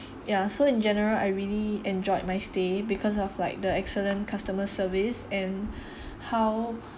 ya so in general I really enjoyed my stay because of like the excellent customer service and how